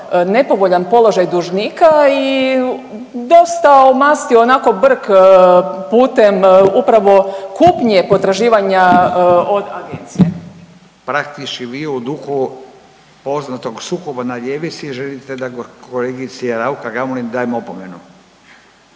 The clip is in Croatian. nepovoljan položaj dužnika i dosta omastio onako brk putem upravo kupnje potraživanja od agencije. **Radin, Furio (Nezavisni)** Praktički vi u duhu poznatog sukoba na ljevici želite da kolegici Raukar Gamulin dajem opomenu?